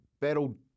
battled